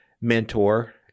mentor